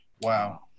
Wow